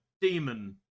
demon